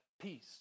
peace